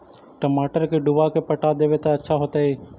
टमाटर के डुबा के पटा देबै त अच्छा होतई?